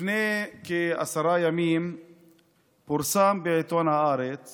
לפני כעשרה ימים פורסם בעיתון הארץ